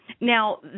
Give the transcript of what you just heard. Now